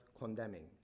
condemning